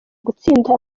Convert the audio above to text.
gutsinda